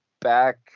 back